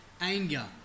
anger